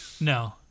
No